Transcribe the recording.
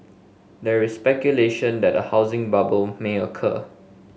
there is speculation that a housing bubble may occur